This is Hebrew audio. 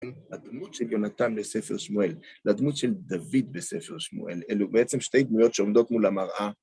הדמות של יונתן בספר שמואל, לדמות של דוד בספר שמואל, אלו בעצם שתי דמויות שעומדות מול המראה.